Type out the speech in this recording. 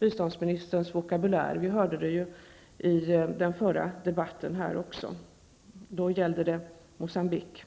biståndsministerns vokabulär. Vi hörde det också i den förra debatten, då det gällde Moçambique.